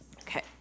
Okay